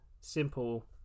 simple